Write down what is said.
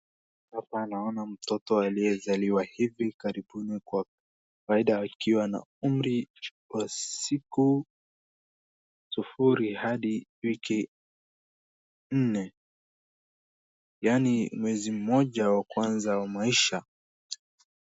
Hapa naoana mtoto aliyezaliwa hivi karibuni kwa kawaida akiwa na umri wa siku sufuri hadi wiki nne. Yaani mwezi moja wa kwanza wa maisha.